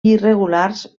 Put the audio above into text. irregulars